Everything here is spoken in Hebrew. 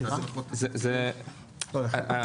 זה נכון,